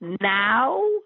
now